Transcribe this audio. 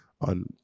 on